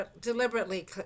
Deliberately